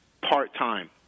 part-time